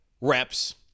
reps –